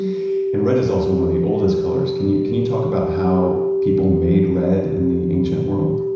and red is also one of the oldest colors. can you can you talk about how people made red in the ancient world?